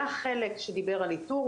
היה חלק שדיבר על איתור,